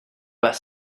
pas